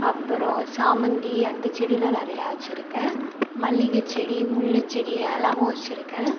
அப்புறோம் சாமந்தி அந்த செடிலாம் நிறையா வச்சுருக்கேன் மல்லிகைச் செடி முல்லைச்செடி அதுலாமும் வச்சுருக்கேன்